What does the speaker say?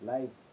Life